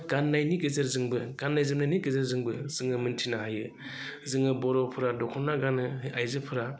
गाननायनि गेजेरजोंबो गाननाय जोमनायनि गेजेरजोंबो जोङो मोन्थिनो हायो जोङो बर'फोरा दखना गानो आइजोफोरा